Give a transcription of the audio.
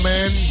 Man